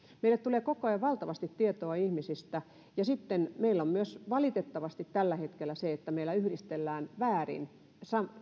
meille tulee koko ajan valtavasti tietoa ihmisistä ja sitten meillä on myös valitettavasti tällä hetkellä se että meillä yhdistellään väärin